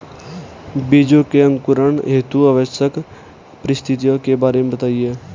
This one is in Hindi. बीजों के अंकुरण हेतु आवश्यक परिस्थितियों के बारे में बताइए